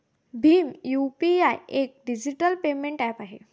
Bhim UPI एक digital payment app आहे